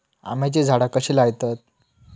आम्याची झाडा कशी लयतत?